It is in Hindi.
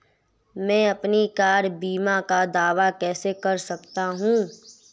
मैं अपनी कार बीमा का दावा कैसे कर सकता हूं?